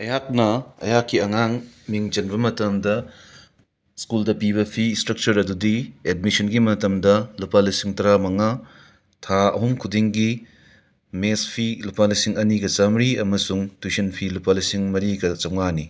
ꯑꯩꯍꯥꯛꯅ ꯑꯩꯍꯥꯛꯀꯤ ꯑꯉꯥꯡ ꯃꯤꯡ ꯆꯟꯕ ꯃꯇꯝꯗ ꯁ꯭ꯀꯨꯜꯗ ꯄꯤꯕ ꯐꯤ ꯁ꯭ꯇ꯭ꯔꯛꯆꯔ ꯑꯗꯨꯗꯤ ꯑꯦꯠꯃꯤꯁꯟꯒꯤ ꯃꯇꯝꯗ ꯂꯨꯄꯥ ꯂꯤꯁꯤꯡ ꯇꯔꯥ ꯃꯉꯥ ꯊꯥ ꯑꯍꯨꯝ ꯈꯨꯗꯤꯡꯒꯤ ꯃꯦꯁ ꯐꯤ ꯂꯨꯄꯥ ꯂꯤꯁꯤꯡ ꯑꯅꯤꯒ ꯆꯥꯝꯔꯤ ꯑꯃꯁꯨꯡ ꯇ꯭ꯌꯨꯁꯟ ꯐꯤ ꯂꯨꯄꯥ ꯂꯤꯁꯤꯡ ꯃꯔꯤꯒ ꯆꯥꯝꯉꯥꯅꯤ